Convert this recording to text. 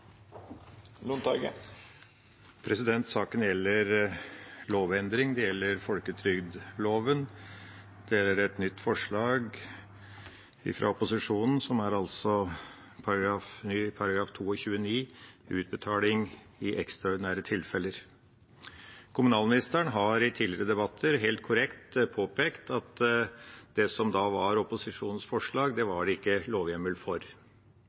Saken gjelder lovendring. Det gjelder folketrygdloven og et forslag fra opposisjonen om ny § 22-9, Utbetalinger i ekstraordinære tilfeller. Kommunalministeren har i tidligere debatter helt korrekt påpekt at det som da var opposisjonens forslag, var det ikke lovhjemmel for.